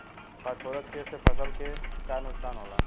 Phosphorus के से फसल के का नुकसान होला?